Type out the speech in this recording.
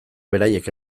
beraiek